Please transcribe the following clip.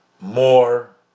more